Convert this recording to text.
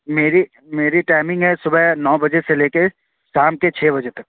میری میری ٹائمنگ ہے صبح نو بجے سے لے کے شام کے چھ بجے تک